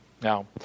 Now